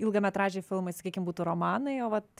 ilgametražiai filmai sakykim būtų romanai o vat